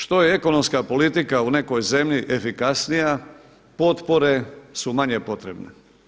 Što je ekonomska politika u nekoj zemlji efikasnija potpore su manje potrebne.